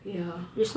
ya